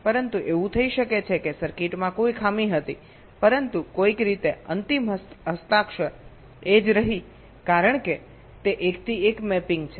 પરંતુ એવું થઈ શકે છે કે સર્કિટમાં કોઈ ખામી હતી પરંતુ કોઈક રીતે અંતિમ સિગ્નેચર એ જ રહી કારણ કે તે એકથી એક મેપિંગ છે